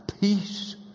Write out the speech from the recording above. peace